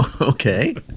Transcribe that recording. okay